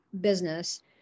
business